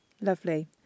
Lovely